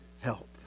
help